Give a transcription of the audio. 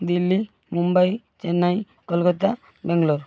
Delhi Mumbai Chennai Kolkata Bangalore